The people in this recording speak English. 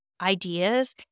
ideas